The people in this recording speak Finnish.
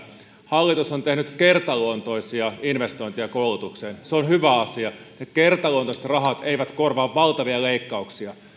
hallitus on tehnyt kertaluontoisia investointeja koulutukseen se on hyvä asia ne kertaluontoiset rahat eivät korvaa valtavia leikkauksia